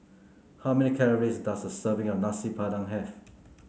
how many calories does a serving of Nasi Padang have